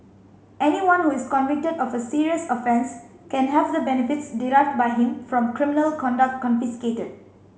anyone who is convicted of a serious offence can have the benefits derived by him from criminal conduct confiscated